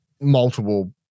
multiple